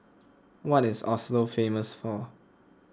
what is Oslo famous for